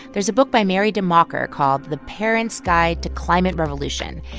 there's a book by mary democker called the parents' guide to climate revolution,